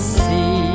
see